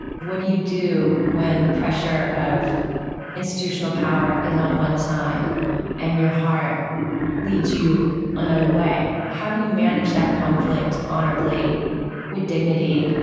what do you do when the pressure of institutional power is on one side and your heart leads you another way? how do you manage that conflict honorably with dignity,